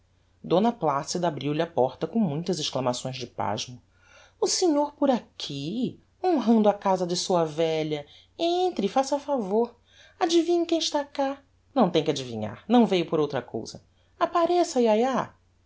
elle d placida abriu-lhe a porta com muitas exclamações de pasmo o senhor por aqui honrando a casa de sua velha entre faça favor adivinhe quem está cá não tem que adivinhar não veiu por outra cousa appareça